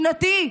שנתי.